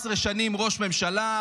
17 שנים ראש ממשלה,